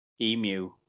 emu